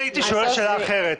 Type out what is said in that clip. אני הייתי שואל שאלה אחרת.